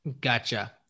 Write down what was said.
Gotcha